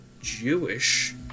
Jewish